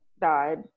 died